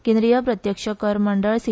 केंद्रिय प्रत्यक्ष कर मंडळ सी